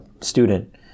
student